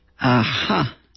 Aha